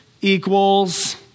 equals